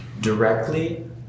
Directly